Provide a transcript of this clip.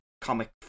comic